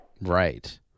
right